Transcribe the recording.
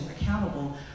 accountable